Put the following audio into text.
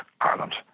Ireland